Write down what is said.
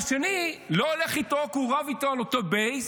והשני לא הולך איתו כי הוא רב איתו על אותו בייס,